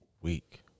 week